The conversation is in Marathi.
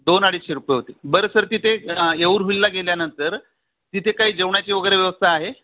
दोन अडीचशे रुपये होतील बरं सर तिथे येऊर हिलला गेल्यानंतर तिथे काही जेवणाची वगैरे व्यवस्था आहे